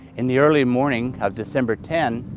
in the early morning of december ten,